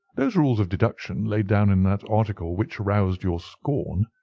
those rules of deduction laid down in that article which aroused your scorn,